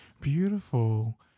beautiful